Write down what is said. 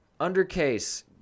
Undercase